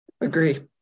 agree